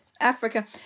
africa